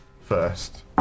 first